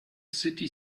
city